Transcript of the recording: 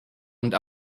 und